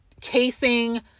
Casing